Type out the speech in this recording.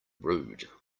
rude